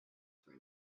for